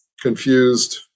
confused